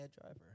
driver